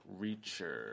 Reacher